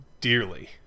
dearly